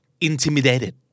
Intimidated